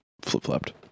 flip-flopped